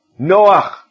Noach